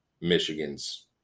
Michigan's